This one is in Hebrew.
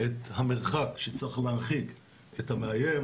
את המרחק שצריך להרחיק את המאיים.